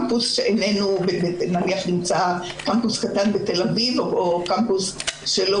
נניח קמפוס קטן בתל אביב או קמפוס שלא